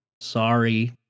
Sorry